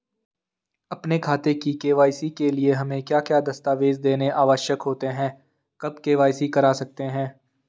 अपने खाते की के.वाई.सी के लिए हमें क्या क्या दस्तावेज़ देने आवश्यक होते हैं कब के.वाई.सी करा सकते हैं?